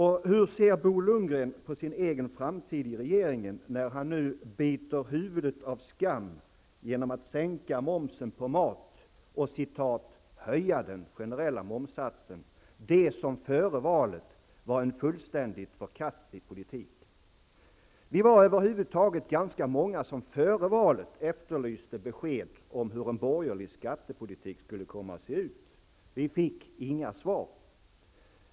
Hur ser Bo Lundgren på sin egen framtid i regeringen, när han nu biter huvudet av skammen genom att sänka momsen på mat och ''höja'' den generella momssatsen -- det som före valet var en fullständigt förkastlig politik? Vi var över huvud taget ganska många som före valet efterlyste besked om hur en borgerlig skattepolitik skulle komma att se ut. Vi fick inga svar.